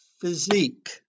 physique